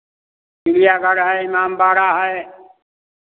चिड़ियाघर है इमामबाड़ा है